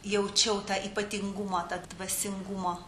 jaučiau tą ypatingumą tarp dvasingumo